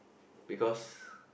because